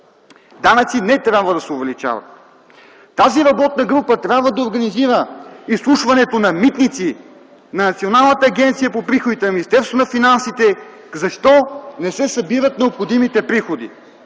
Данъци не трябва да се увеличават! Тази работна група трябва да организира изслушването на Митници, на Националната агенция по приходите, на Министерството на финансите – защо не се събират необходимите приходи.